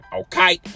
okay